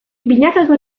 binakako